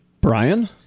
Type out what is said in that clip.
Brian